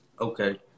okay